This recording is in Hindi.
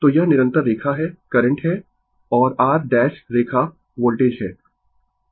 तो यह निरंतर रेखा है करंट है और r डैश रेखा वोल्टेज है